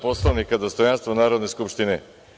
Poslovnika, dostojanstvo Narodne skupštine.